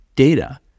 data